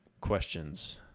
questions